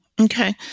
Okay